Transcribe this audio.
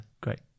great